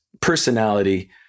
personality